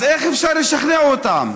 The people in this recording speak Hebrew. אז איך אפשר לשכנע אותן?